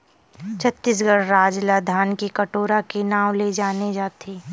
छत्तीसगढ़ राज ल धान के कटोरा के नांव ले जाने जाथे